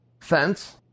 fence